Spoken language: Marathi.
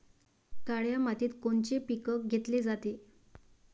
काळ्या मातीत कोनचे पिकं घेतले जाते?